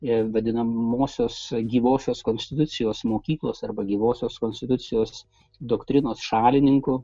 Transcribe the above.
vadinamosios gyvosios konstitucijos mokyklos arba gyvosios konstitucijos doktrinos šalininkų